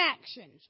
actions